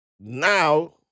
now